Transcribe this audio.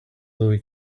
though